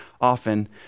often